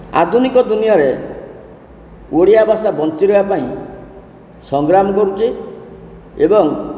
ଆଧୁନିକ ଦୁନିଆରେ ଓଡ଼ିଆ ଭାଷା ବଞ୍ଚିରହିବା ପାଇଁ ସଂଗ୍ରାମ କରୁଛି ଏବଂ